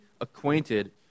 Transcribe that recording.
acquainted